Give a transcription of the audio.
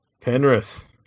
Penrith